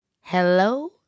Hello